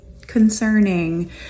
concerning